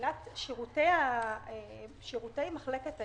מבחינת שירותי מחלקת הים,